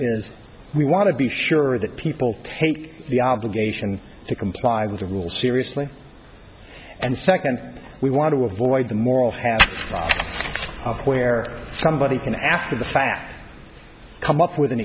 is we want to be sure that people take the obligation to comply with the rules seriously and second we want to avoid the moral hazard of where somebody can after the fact come up with an